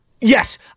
yes